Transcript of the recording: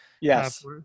Yes